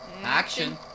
Action